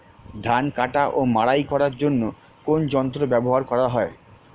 ধান কাটা ও মাড়াই করার জন্য কোন যন্ত্র ব্যবহার করা হয়?